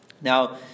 Now